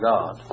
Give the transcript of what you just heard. God